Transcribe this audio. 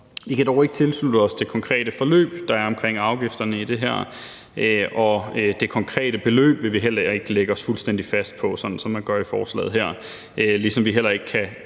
Vi kan dog ikke tilslutte os det konkrete forløb, der er omkring afgifterne i det her, og det konkrete beløb vil vi heller ikke lægge os fuldstændig fast på, sådan som man gør i forslaget her, ligesom vi heller ikke kan